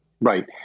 Right